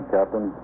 Captain